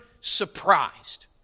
surprised